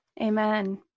Amen